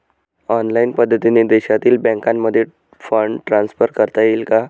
Online पद्धतीने देशातील बँकांमध्ये फंड ट्रान्सफर करता येईल का?